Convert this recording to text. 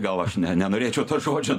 gal aš ne nenorėčiau to žodžio